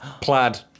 Plaid